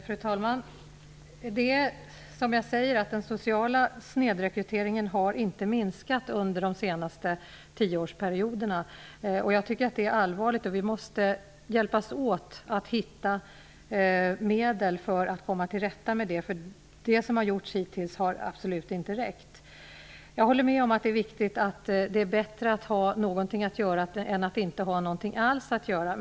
Fru talman! Det är som jag säger: Den sociala snedrekryteringen har inte minskat under de senaste tioårsperioderna. Jag tycker att det är allvarligt. Vi måste hjälpas åt att hitta medel för att komma till rätta med det. Det som har gjorts hittills har absolut inte räckt. Jag håller med om att det är bättre att ha någonting att göra än att inte ha någonting alls att göra.